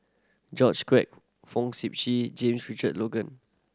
George Quek Fong Sip Chee James Richard Logan